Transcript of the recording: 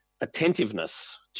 attentiveness